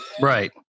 Right